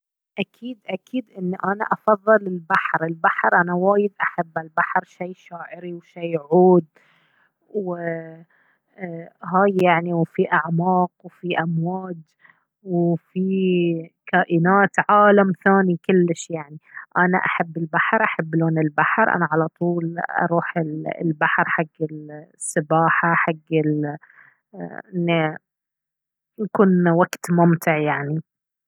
أكيد أكيد أن أنا أفضل البحر. البحر أنا وايد أحبه البحر شي شاعري وشي عود وهاي يعني وفيه أعماق وفيه أمواج وفيه كائنات عالم ثاني كلش يعني. أنا أحب البحر أحب لون البحر أنا على طول أروح البحر حق السباحة حق انه يكون وقت ممتع يعني.